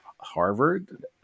Harvard